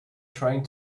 trying